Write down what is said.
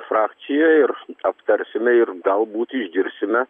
frakcija ir aptarsime ir galbūt išgirsime